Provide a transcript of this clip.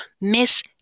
Miss